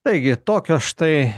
taigi tokios štai